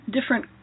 different